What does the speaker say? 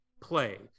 play